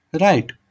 right